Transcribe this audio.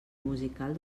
musical